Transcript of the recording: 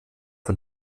von